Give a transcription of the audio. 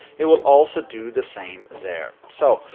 it would, also, do the same there. so,